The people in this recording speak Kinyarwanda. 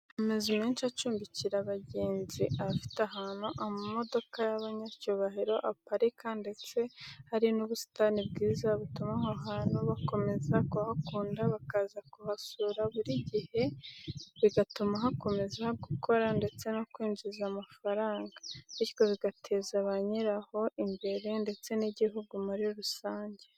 Amazu menshi acumbikira abagenzi aba afite ahantu amamodoka y'abanyacyubahiro aparika ndetse hari n'ubusitani bwiza butuma aho hantu bakomeza kuhakunda bakaza kuhasura buri gihe bigatuma hakomeza gukora ndetse no kwinjiza amafaranga bityo bigateza ba nyiraho imbere ndetse n'igihugu muri rusange.